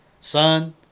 son